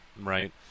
right